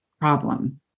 problem